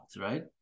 right